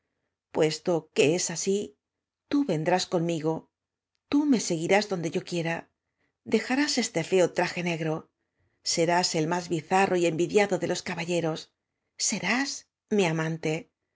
puesto que es así tú vendrás conmigo tú me gemirás donde yo quiera dejarás este feo tra je negro seráa et más bizarro y envidiado de los caballeros serás mi amante